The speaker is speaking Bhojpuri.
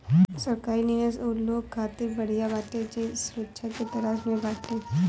सरकारी निवेश उ लोग खातिर बढ़िया बाटे जे सुरक्षा के तलाश में बाटे